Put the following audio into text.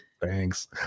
Thanks